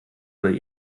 oder